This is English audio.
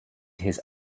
his